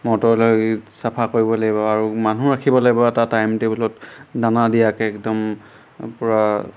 motor লগাই চাফা কৰিবই লাগিব আৰু মানুহ ৰাখিব লাগিব এটা টাইম টেবুলত দানা দিয়াকৈ একদম পূৰা